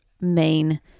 main